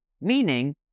meaning